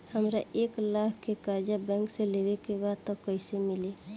हमरा एक लाख के कर्जा बैंक से लेवे के बा त कईसे मिली?